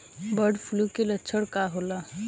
Bird flu के लक्षण का होला?